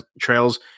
trails